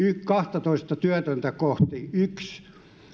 kahtatoista työtöntä kohti